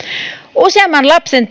useamman lapsen